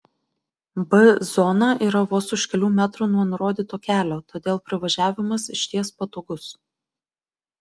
b zona yra vos už kelių metrų nuo nurodyto kelio todėl privažiavimas išties patogus